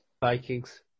Vikings